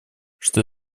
что